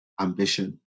ambition